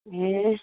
ए